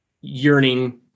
yearning